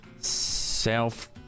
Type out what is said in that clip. self